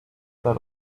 that